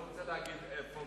אני לא רוצה להגיד איפה,